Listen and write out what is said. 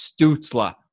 Stutzla